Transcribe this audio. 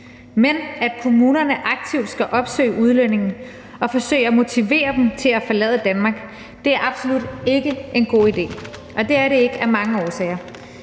Men at kommunerne aktivt skal opsøge udlændinge og forsøge at motivere dem til at forlade Danmark, er absolut ikke en god idé, og det er det ikke af mange årsager.